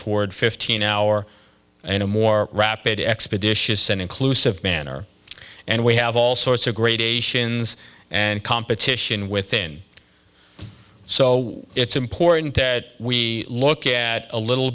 toward fifteen hour and a more rapid expeditious and inclusive manner and we have all sorts of gradations and competition within so it's important that we look at a little